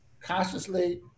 consciously